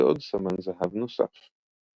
ועוד סמן זהב נוסף.